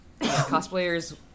Cosplayers